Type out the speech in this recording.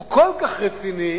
הוא כל כך רציני,